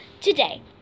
Today